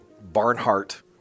Barnhart